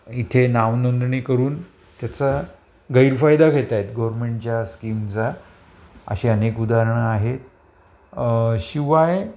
इथे नावनोंदणी करून त्याचा गैरफायदा घेताय आहेत गोरमेंटच्या स्कीमचा अशी अनेक उदाहरणं आहेत शिवाय